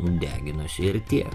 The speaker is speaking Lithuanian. deginosi ir tiek